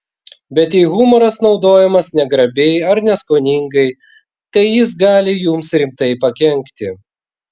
bet jei humoras naudojamas negrabiai ar neskoningai tai jis gali jums rimtai pakenkti